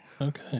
Okay